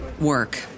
work